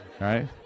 Right